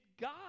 God